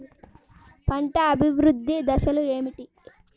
పంట అభివృద్ధి దశలు ఏమిటి?